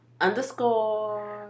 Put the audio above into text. underscore